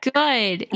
good